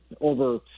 over